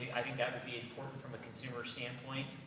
i think, that would be important from a consumer standpoint,